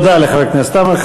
תודה לחבר הכנסת עמאר.